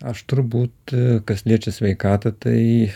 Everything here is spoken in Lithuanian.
aš turbūt kas liečia sveikatą tai